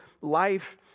life